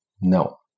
No